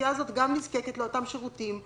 שהאוכלוסייה הזאת גם נזקקת לאותם שירותים?